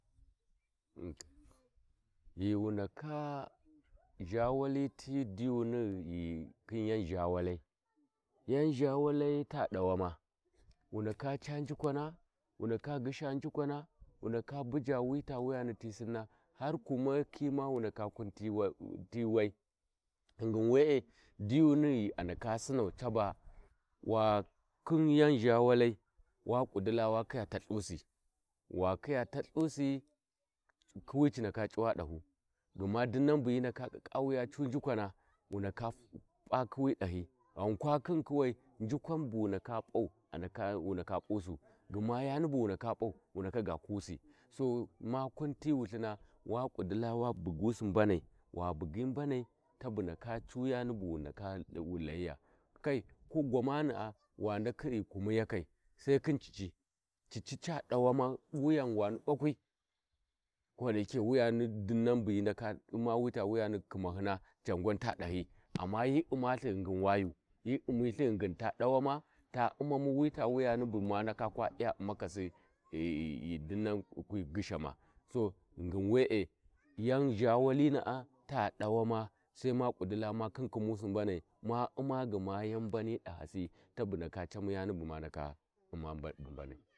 Ghiwu nadaka zhawali ti diyuna ghikhin ya Zha walai, yau zha walai to dawama wu ndaka canjuwan Wu ndaka gyisha njukwana wu ndaka buja wi ta wugani ti sinna harkumiyakhi ma wi, nda kuma ti wai ghingi wee diyuni ghi a ndaka Sinau caba khi yau zha wai wa ƙudilla wa khiya ta’lhusi wa kiya talhusi kuwi ci ndaka c’uwa dahu gma dinnan bu hi ndaka kiƙƙawu ya cu njukwa na wa ndaka p’a kuwi dahi ghan kwa khin kuwai njukwa bu ndaka p’aiwi wu ndaka p’usu gma yani bu wu ndaka p’au wu ndaka Ɪa kusi So ma kun ti Wulthina wa ƙudilla wa buhu mbanai W bugyi mbanai tabu ndaka an yani bu wu layiya kai ko gwamana’a wa ndakhi ghi kumiyakai sai khi cicci ca dawamu wuyawani ɓakwi fali cin wuyani dui nan bu hi ndaka uma wita wuyani khimahina can gwa ta dahi guna hi umalhi ghinghi wayu hi umithi ghingin ta dawana ta uma'u Wuyan Wani bu ma ndaka kwa iya umakasi ghi dinnan bu wu kwi ghisha ma sa ghingin wee yau zhawalina ta dawama sau ma ƙudilla ma Kinkhi musi mbanin dahasi tabu ndaka camu yani bu ma, ndaka uma bu mbani dahas.